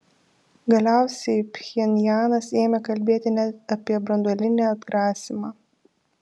galiausiai pchenjanas ėmė kalbėti net apie branduolinį atgrasymą